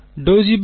r